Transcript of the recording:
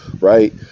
right